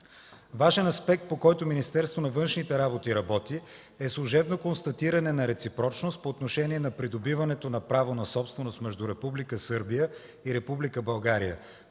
Важен аспект, по който Министерството на външните работи работи, е служебно констатиране на реципрочност по отношение на придобиването на право на собственост между Република Сърбия и Република България